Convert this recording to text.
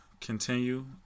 continue